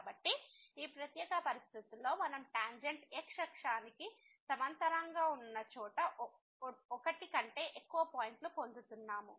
కాబట్టి ఈ ప్రత్యేక పరిస్థితుల్లో మనం టాంజెంట్ x అక్షానికి సమాంతరంగా ఉన్నచోటు ఒకటి కంటే ఎక్కువ పాయింట్లు పొందుతున్నాము